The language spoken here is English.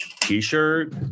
T-shirt